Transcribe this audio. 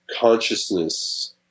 consciousness